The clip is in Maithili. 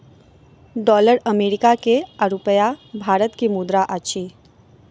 डॉलर अमेरिका के आ रूपया भारत के मुद्रा अछि